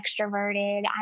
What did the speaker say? extroverted